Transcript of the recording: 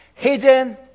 hidden